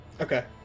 Okay